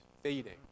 fading